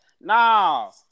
Now